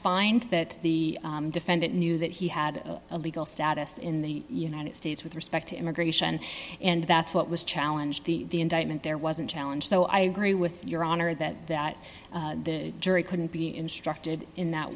find that the defendant knew that he had a legal status in the united states with respect to immigration and that's what was challenge the the indictment there wasn't challenge so i agree with your honor that that the jury couldn't be instructed in that